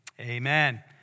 Amen